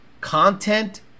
content